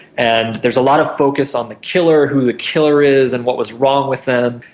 and there's a lot of focus on the killer, who the killer is and what was wrong with them.